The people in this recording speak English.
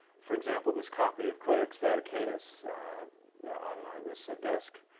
for example, this copy of codex vaticanus on this desk,